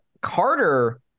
Carter